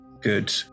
Good